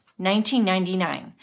1999